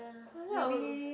like that also don't